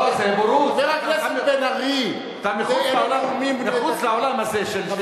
חבר הכנסת בן-ארי, נאומים בני דקה.